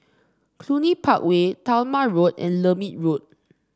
Cluny Park Way Talma Road and Lermit Road